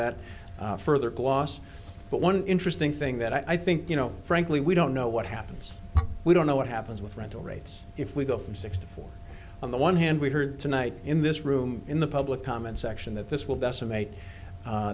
that further gloss but one interesting thing that i think you know frankly we don't know what happens we don't know what happens with rental rates if we go from six to four on the one hand we heard tonight in this room in the public comment section that this will decimate